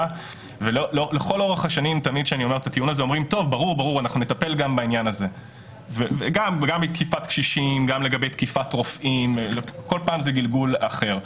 לפתחה של המדינה כגורם התובע בהליך הפלילי מתגלגלים הרבה יותר מקרים